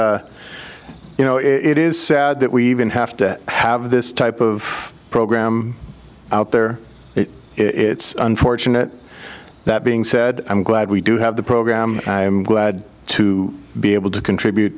and you know it is sad that we even have to have this type of program out there it's unfortunate that being said i'm glad we do have the program and i am glad to be able to contribute